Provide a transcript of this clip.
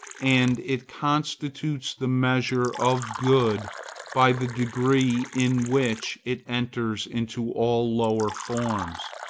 and it constitutes the measure of good by the degree in which it enters into all lower forms.